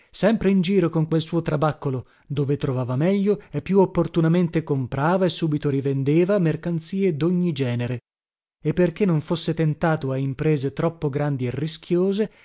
sempre in giro con quel suo trabaccolo dove trovava meglio e più opportunamente comprava e subito rivendeva mercanzie dogni genere e perché non fosse tentato a imprese troppo grandi e rischiose